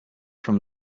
from